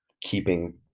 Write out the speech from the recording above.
keeping